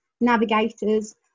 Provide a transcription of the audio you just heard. navigators